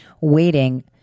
waiting